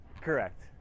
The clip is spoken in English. Correct